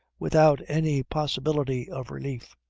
without any possibility of relief.